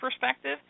perspective